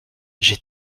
j’ai